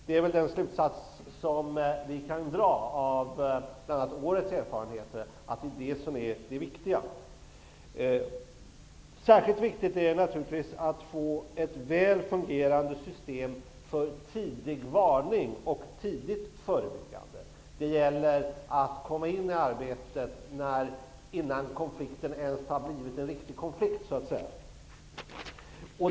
Det är väl den slutsats som vi kan dra av bl.a. årets erfarenhet, att det är det som är det viktiga. Särskilt viktigt är naturligtvis att få ett väl fungerande system för tidig varning och tidigt förebyggande. Det gäller att komma in i arbetet innan konflikten ens har blivit en riktig konflikt, så att säga.